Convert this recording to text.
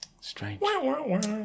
strange